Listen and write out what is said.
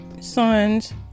sons